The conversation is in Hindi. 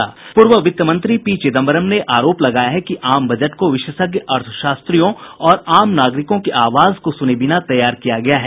पूर्व वित्तमंत्री पी चिदंबरम ने आरोप लगाया है कि आम बजट को विशेषज्ञ अर्थशास्त्रियों और आम नागरिकों की आवाज को सुने बिना तैयार किया गया है